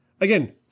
Again